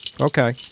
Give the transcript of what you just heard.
Okay